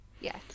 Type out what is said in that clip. Yes